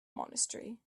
monastery